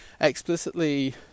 explicitly